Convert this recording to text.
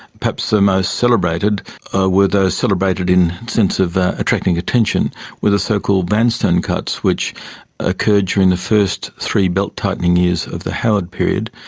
perhaps the most celebrated were those celebrated in the sense of attracting attention were the so-called vanstone cuts which occurred during the first three belt-tightening years of the howard period.